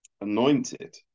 anointed